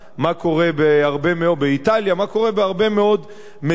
מה קורה באיטליה, מה קורה בהרבה מאוד מדינות.